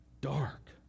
dark